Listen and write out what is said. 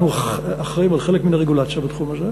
אנחנו אחראים לחלק מן הרגולציה בתחום הזה,